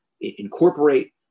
incorporate